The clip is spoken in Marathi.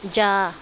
जा